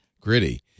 gritty